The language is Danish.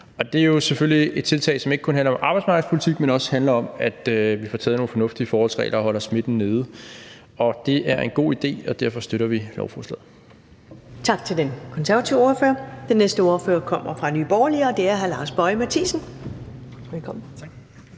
Det er jo selvfølgelig et tiltag, som ikke kun handler om arbejdsmarkedspolitik, men også handler om, at vi får taget nogle fornuftige forholdsregler og holder smitten nede. Det er en god idé, og derfor støtter vi lovforslaget. Kl. 15:24 Første næstformand (Karen Ellemann): Tak til den konservative ordfører. Den næste ordfører kommer fra Nye Borgerlige, og det er hr. Lars Boje Mathiesen. Velkommen.